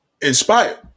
inspired